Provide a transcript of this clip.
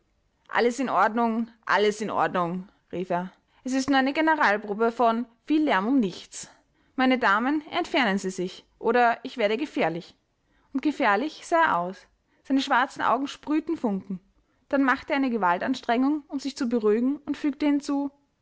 alles in ordnung alles in ordnung rief er es ist nur eine generalprobe von viel lärm um nichts meine damen entfernen sie sich oder ich werde gefährlich und gefährlich sah er aus seine schwarzen augen sprühten funken dann machte er eine gewaltanstrengung um sich zu beruhigen und fügte hinzu